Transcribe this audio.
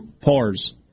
pars